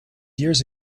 years